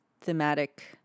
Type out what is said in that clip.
thematic